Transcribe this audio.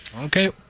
Okay